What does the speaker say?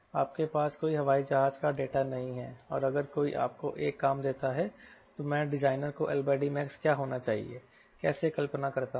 आपके पास कोई हवाई जहाज का डेटा नहीं है और अगर कोई आपको एक काम देता है तो मैं डिजाइनर को LDmax क्या होना चाहिए कैसे कल्पना करता हूं